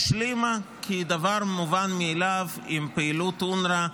השלימה כדבר מובן מאליו עם פעילות אונר"א,